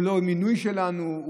הוא לא מינוי שלנו,